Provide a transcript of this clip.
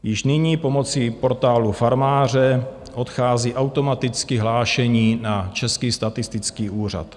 Již nyní pomocí Portálu farmáře odchází automaticky hlášení na Český statistický úřad.